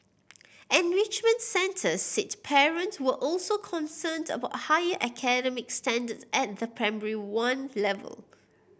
enrichment centres said parents were also concerned about higher academic standards at the Primary One level